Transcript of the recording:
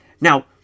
Now